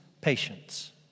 patience